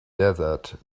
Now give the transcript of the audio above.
desert